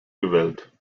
gewählt